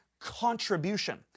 contribution